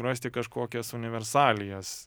rasti kažkokias universalijas